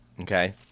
Okay